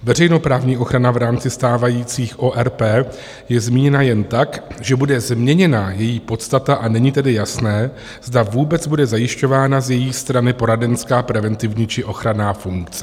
Veřejnoprávní ochrana v rámci stávajících ORP je zmíněna jen tak, že bude změněna její podstata, a není tedy jasné, zda vůbec bude zajišťována z její strany poradenská, preventivní či ochranná funkce.